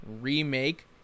remake